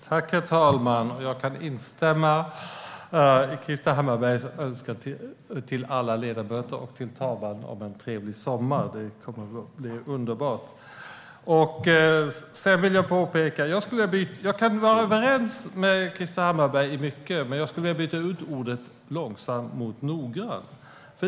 Herr talman! Jag kan instämma i Krister Hammarberghs önskan till alla ledamöter och till talmannen om en trevlig sommar. Det kommer att bli underbart. Jag kan vara överens med Krister Hammarbergh i mycket, men jag skulle vilja byta ut "långsam" mot "noggrann".